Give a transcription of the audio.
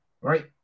right